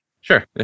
Sure